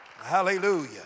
Hallelujah